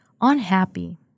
unhappy